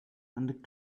and